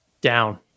Down